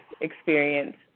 experience